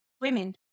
Women